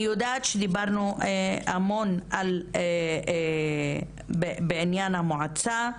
אני יודעת שדיברנו המון בעניין המועצה.